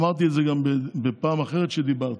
אמרתי את זה גם בפעם אחרת כשדיברתי,